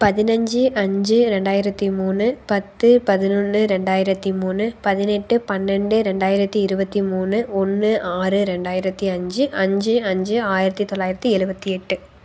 பதினைஞ்சு அஞ்சு ரெண்டாயிரத்து மூணு பத்து பதினொன்று ரெண்டாயிரத்து மூணு பதினெட்டு பன்னெண்டு ரெண்டாயிரத்து இருபத்தி மூணு ஒன்று ஆறு ரெண்டாயிரத்து அஞ்சு அஞ்சு அஞ்சு ஆயிரத்து தொள்ளாயிரத்தி எழுபத்தி எட்டு